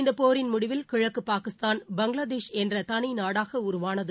இந்த போரின் முடிவில் கிழக்கு பாகிஸ்தான் பங்களாதேஷ் என்ற தனி நாடாக உருவானது